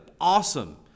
awesome